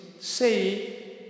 say